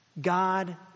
God